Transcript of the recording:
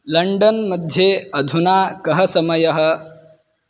लण्डन्मध्ये अधुना कः समयः